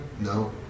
No